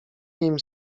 nim